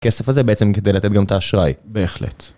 כסף הזה בעצם כדי לתת גם את האשראי, בהחלט.